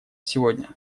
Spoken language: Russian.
сегодня